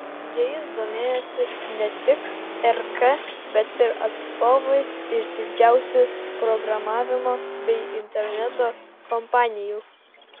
jais domėjosi ne tik rk bet ir atstovai iš didžiausių programavimo bei interneto kompanijų